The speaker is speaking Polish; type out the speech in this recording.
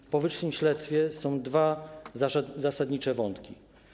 W powyższym śledztwie są dwa zasadnicze wątki.